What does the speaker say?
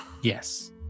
yes